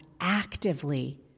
actively